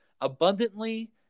abundantly